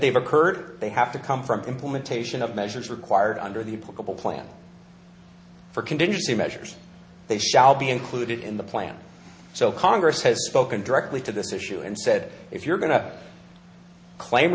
they've occurred they have to come from implementation of measures required under the possible plan for contingency measures they shall be included in the plan so congress has spoken directly to this issue and said if you're going to claim